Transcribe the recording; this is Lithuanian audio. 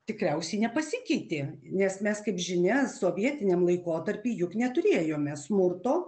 tikriausiai nepasikeitė nes mes kaip žinia sovietiniam laikotarpy juk neturėjome smurto